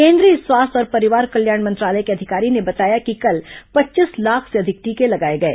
केन्द्रीय स्वास्थ्य और परिवार कल्याण मंत्रालय के अधिकारी ने बताया कि कल पच्चीस लाख से अधिक टीके लगाए गए